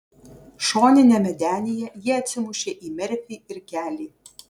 šoniniame denyje jie atsimušė į merfį ir kelį